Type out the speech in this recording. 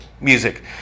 music